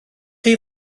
chi